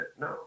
No